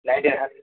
nine days